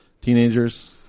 Teenagers